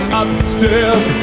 upstairs